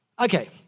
Okay